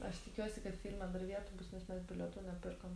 aš tikiuosi kad filme dar vietų bus nes mes bilietų nepirkom